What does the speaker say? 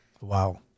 Wow